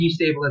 destabilization